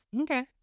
Okay